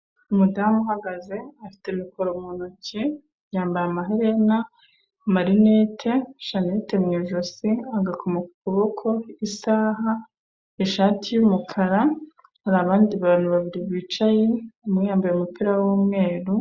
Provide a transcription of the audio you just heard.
Umudamu uhagaze afite mikoro mu ntoki. Yambaye amaherena, amarinete, shanete mu ijosi, agakomo kukuboko, isaha, ishati y'umukara hari abandi bantu babiri bicaye. Umwe yambaye umupira w'umweru.